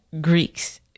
Greeks